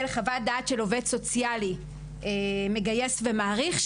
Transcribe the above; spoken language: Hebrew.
חוות דעת של עובד סוציאלי מגייס ומעריך,